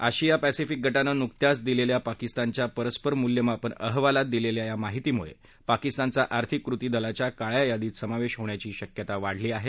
अशिया पसिफिक गटानं नुकत्याच दिलेल्या पाकिस्तानच्या परस्पर मूल्यमापन अहवालात दिलेल्या या माहितीमुळं पाकिस्तानचा आर्थिक कृति दलाच्या काळ्या यादीत समावेश होण्याची शक्यता वाढली आहे